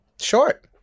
Short